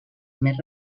més